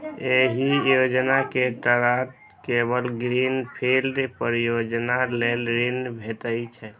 एहि योजना के तहत केवल ग्रीन फील्ड परियोजना लेल ऋण भेटै छै